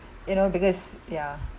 you know because ya